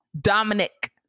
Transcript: Dominic